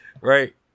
Right